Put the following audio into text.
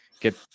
get